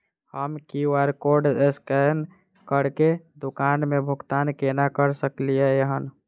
हम QR code scan करके दुकान मे भुगतान केना करऽ सकलिये एहन?